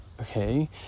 Okay